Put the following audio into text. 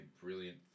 brilliant